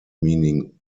meaning